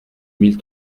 mille